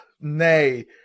Nay